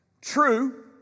True